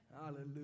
hallelujah